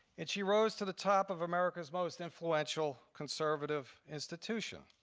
and she rose to the top of america's most influential conservative institution.